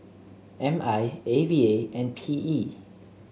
M I A V A and P E